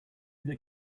that